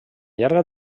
llarga